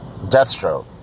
Deathstroke